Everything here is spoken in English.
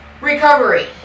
recovery